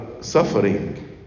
suffering